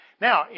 Now